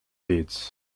pits